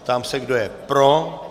Ptám se, kdo je pro.